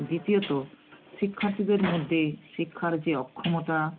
দ্বিতীয়ত শিক্ষার্থীদের মদ্যে শিক্ষার যে অক্ষমতা